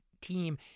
team